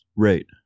Right